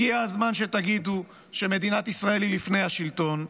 הגיע הזמן שתגידו שמדינת ישראל היא לפני השלטון.